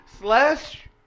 Slash